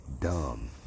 dumb